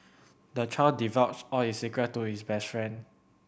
the child divulged all his secret to his best friend